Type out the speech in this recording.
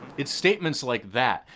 it's statements like that,